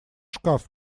шкаф